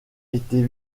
était